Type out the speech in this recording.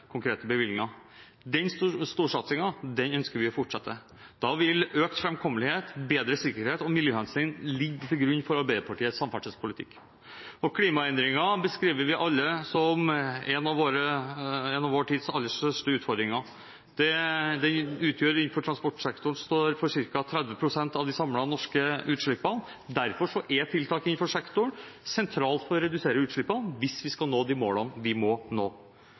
bevilgninger. Den storsatsingen ønsker vi å fortsette. Da vil økt framkommelighet, bedre sikkerhet og miljøhensyn ligge til grunn for Arbeiderpartiets samferdselspolitikk. Klimaendringene beskriver vi alle som en av vår tids aller største utfordringer. Transportsektoren står for ca. 30 pst. av de samlede norske utslippene, og derfor er tiltak innenfor sektoren sentralt for å redusere utslippene hvis vi skal nå de målene vi må nå.